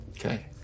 Okay